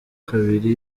kabiri